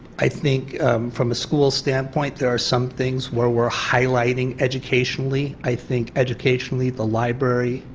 i think from a school standpoint there are some things where we are highlighting educationally, i think educationally the library,